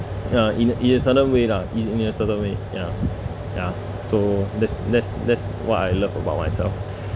ya in in a certain way lah in in a certain way ya ya so that's that's that's why love about myself